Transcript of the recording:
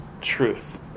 truth